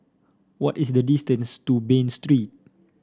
what is the distance to Bain Street